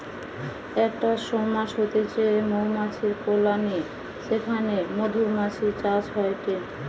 একটা সোয়ার্ম হতিছে মৌমাছির কলোনি যেখানে মধুমাছির চাষ হয়টে